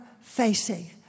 facing